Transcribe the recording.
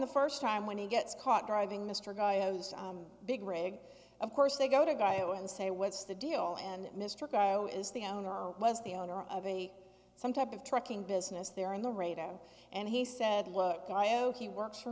the first time when he gets caught driving mr guy has a big rig of course they go to guy and say what's the deal and mr guy is the owner was the owner of a some type of trucking business there on the radio and he said look i oh he works for